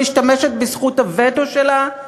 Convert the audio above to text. משתמשת בזכות הווטו שלה,